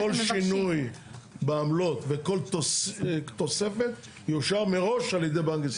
--- שכל שינוי בעמלות וכל תוספת יאושר מראש על ידי בנק ישראל.